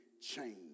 change